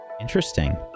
Interesting